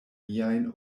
miajn